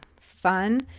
fun